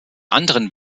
anderen